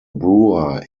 brewer